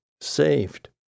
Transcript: saved